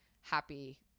happy